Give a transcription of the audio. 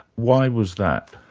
why was that?